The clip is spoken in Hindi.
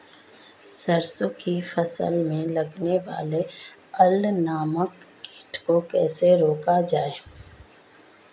सरसों की फसल में लगने वाले अल नामक कीट को कैसे रोका जाए?